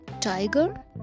tiger